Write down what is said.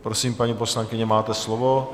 Prosím, paní poslankyně, máte slovo.